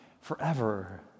forever